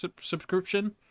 subscription